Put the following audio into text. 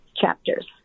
chapters